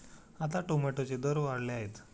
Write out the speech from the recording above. आता टोमॅटोचे दर वाढले आहेत